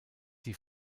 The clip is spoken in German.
die